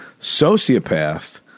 Sociopath